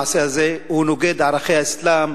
המעשה הזה נוגד את ערכי האסלאם,